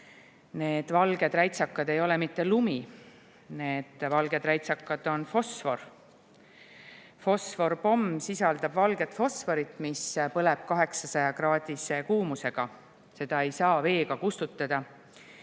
Need valged räitsakad ei ole mitte lumi, vaid need valged räitsakad on fosfor. Fosforpomm sisaldab valget fosforit, mis põleb 800‑kraadise kuumusega. Seda ei saa veega kustutada.